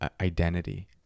identity